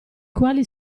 quali